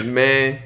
man